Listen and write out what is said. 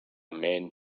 man